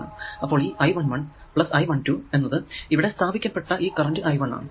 അപ്പോൾ ഈ I1 1 plus I1 2 എന്നത് ഇവിടെ സ്ഥാപിക്കപ്പെട്ട ഈ കറന്റ് I1 ആണ്